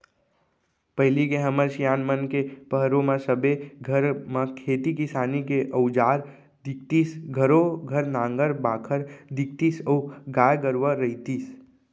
पहिली के हमर सियान मन के पहरो म सबे घर म खेती किसानी के अउजार दिखतीस घरों घर नांगर बाखर दिखतीस अउ गाय गरूवा रहितिस